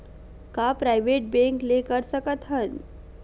का private bank ले कर सकत हन?